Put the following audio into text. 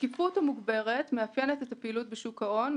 השקיפות המוגברת מאפיינת את הפעילות בשוק ההון,